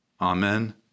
Amen